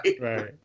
Right